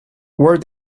where